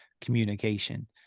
communication